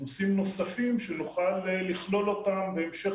נושאים נוספים שנוכל לכלול אותם בהמשך